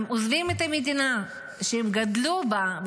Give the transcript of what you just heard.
עוזבים את המדינה שהם גדלו בה,